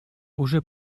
уже